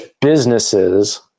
businesses